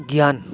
गियान